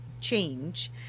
change